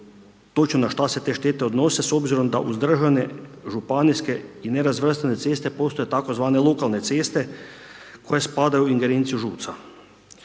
točno na šta se te štete odnose s obzirom da uz državne, županijske i nerazvrstane ceste postoje tzv. lokalne ceste koje spadaju u ingerenciju Žunca.